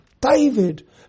David